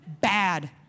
Bad